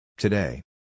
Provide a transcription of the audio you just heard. Today